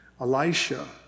Elisha